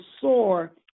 soar